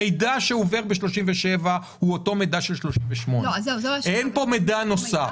המידע שמועבר בסעיף 37 הוא אותו מידע של סעיף 38. אין פה מידע נוסף.